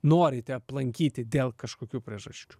norite aplankyti dėl kažkokių priežasčių